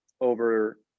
over